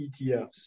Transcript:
ETFs